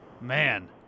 Man